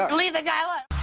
ah and leave the guy alone.